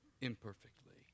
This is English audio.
imperfectly